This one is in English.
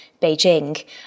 Beijing